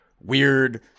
weird